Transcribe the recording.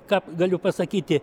ką galiu pasakyti